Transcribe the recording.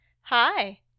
Hi